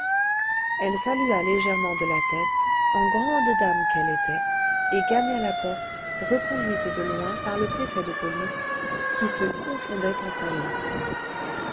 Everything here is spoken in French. elle salua légèrement de la tête en grande dame qu'elle était et gagna la porte reconduite de loin par le préfet de police qui se confondait en saluts